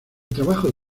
trabajo